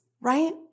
right